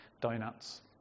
donuts